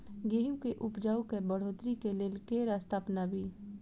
गेंहूँ केँ उपजाउ केँ बढ़ोतरी केँ लेल केँ रास्ता अपनाबी?